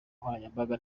nkoranyambaga